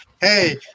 hey